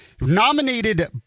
Nominated